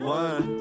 one